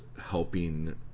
helping